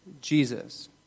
Jesus